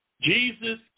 Jesus